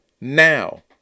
Now